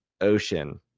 Ocean